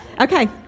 okay